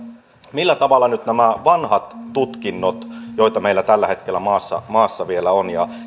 millä tavalla nyt otetaan huomioon nämä vanhat tutkinnot joita meillä tällä hetkellä maassa maassa vielä on ja jotka